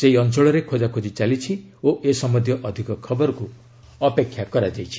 ସେହି ଅଞ୍ଚଳରେ ଖୋଜାଖୋଜି ଚାଲିଛି ଓ ଏ ସମ୍ବନ୍ଧୀୟ ଅଧିକ ଖବରକୁ ଅପେକ୍ଷା କରାଯାଇଛି